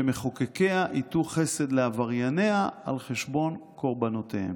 שמחוקקיה היטו חסד לעברייניה על חשבון קורבנותיהם".